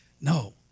No